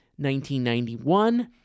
1991